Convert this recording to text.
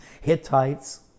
Hittites